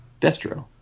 Destro